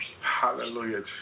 Hallelujah